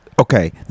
Okay